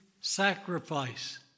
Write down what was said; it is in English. sacrifice